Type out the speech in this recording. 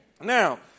Now